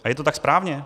A je to tak správně?